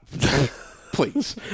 Please